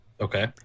Okay